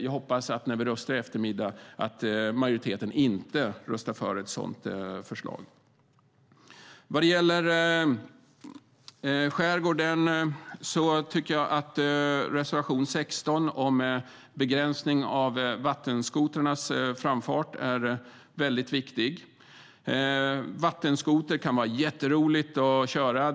Jag hoppas att majoriteten inte röstar för detta förslag i eftermiddag. Reservation 16 om begränsning av vattenskotrarnas framfart är viktig. Vattenskoter är roligt att köra.